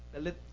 Let